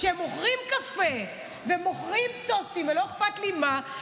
שהם מוכרים קפה ומוכרים טוסטים ולא אכפת לי מה,